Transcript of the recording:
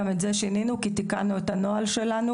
גם את זה שינינו כי תיקנו את הנוהל שלנו,